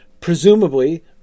presumably